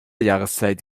jahreszeit